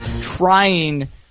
trying